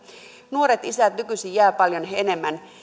nuoret isät nykyisin jäävät paljon enemmän